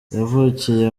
yavukiye